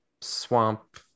swamp